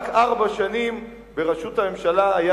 רק ארבע שנים היה נתניהו בראשות הממשלה.